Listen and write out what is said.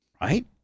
Right